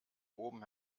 oben